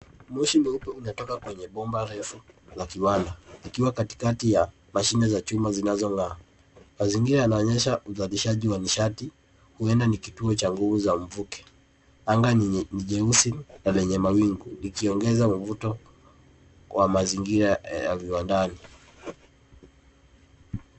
Moshi mweupe unatoka kwenye bomba refu la kiwanda likiwa katikati ya mashine za chuma zinazong'aa. Mazingira yanaonyesha uzalishaji wa nishati huenda ni kituo cha nguvu za mvuke. Anga ni jeusi na lenye mawingu likiongeza mvuto wa mazingira ya viwandani.